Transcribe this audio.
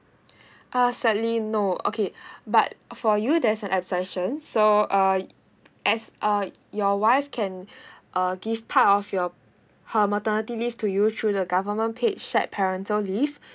uh sadly no okay but for you there's a exception so uh as uh your wife can uh give part of your her maternity leave to you through the government paid shared parental leave